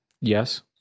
Yes